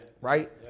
Right